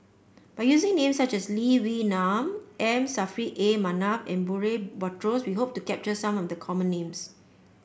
by using names such as Lee Wee Nam M Saffri A Manaf and Murray Buttrose we hope to capture some of the common names